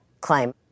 claim